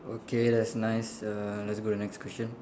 okay that's nice uh let's go the next question